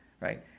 right